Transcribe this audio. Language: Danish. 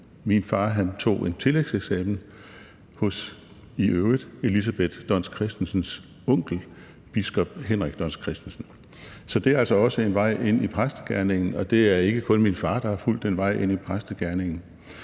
min far tog en tillægseksamen hos Elisabeth Dons Christensens onkel, biskop Henrik Dons Christensen. Så det er altså også en vej ind i præstegerningen, og det er ikke kun min far, der har fulgt den vej ind i præstegerningen.